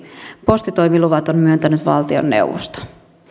postitoimiluvat on myöntänyt valtioneuvosto